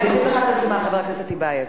אני אוסיף לך את הזמן, חבר הכנסת טיבייב.